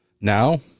Now